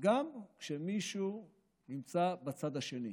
גם כשמישהו נמצא בצד השני.